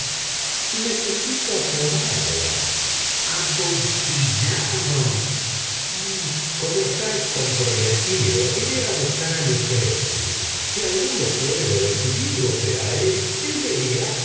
y necesito aclararlas amontillado como estáis comprometido iré a buscar a luchresi si alguno puede decidirlo será él el me dirá